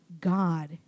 God